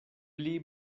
pli